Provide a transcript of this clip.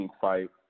fight